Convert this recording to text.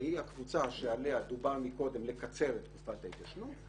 שהיא הקבוצה שעליה דובר קודם לקצר לה את תקופת ההתיישנות,